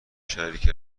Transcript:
شریک